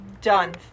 Done